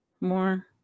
More